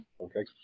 okay